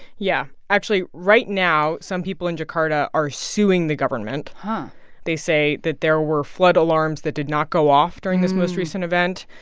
yeah. actually, right now, some people in jakarta are suing the government. but they say that there were flood alarms that did not go off during this most recent event.